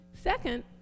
Second